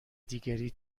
دیگری